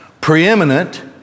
preeminent